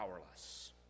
powerless